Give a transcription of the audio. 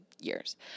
years